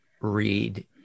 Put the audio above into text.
read